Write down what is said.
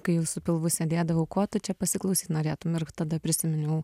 kai jau su pilvu sėdėdavau ko tu čia pasiklausyt norėtum ir tada prisiminiau